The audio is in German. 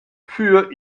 für